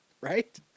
right